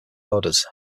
orders